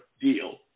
deal